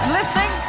listening